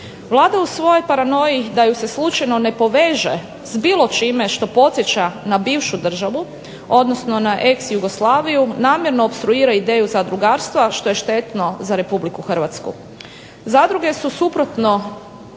Vlada u svojoj paranoji da ju se slučajno ne poveže s bilo čime što podsjeća na bivšu državu, odnosno na ex-Jugoslaviju namjerno opstruira ideju zadrugarstva što je štetno za RH. Zadruge su suprotno